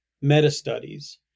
meta-studies